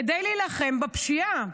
כדי להילחם בפשיעה.